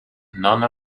none